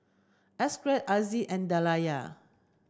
Aziz and Dayana